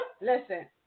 Listen